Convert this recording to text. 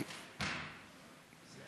בבקשה, אדוני.